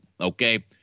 Okay